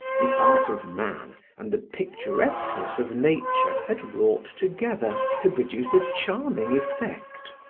the art of man and the picturesqueness of nature had wrought together to produce a charming effect.